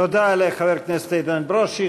תודה לחבר הכנסת איתן ברושי.